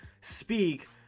speak